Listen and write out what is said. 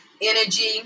energy